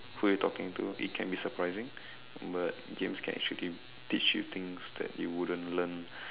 who you talking to it can be surprising but games can actually teach teach you things you wouldn't learn